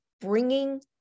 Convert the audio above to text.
bringing